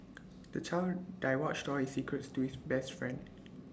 the child divulged all his secrets to his best friend